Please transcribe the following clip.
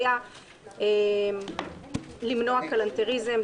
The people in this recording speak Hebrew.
היה למנוע כלנתריזם,